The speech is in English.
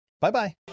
bye-bye